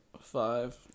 five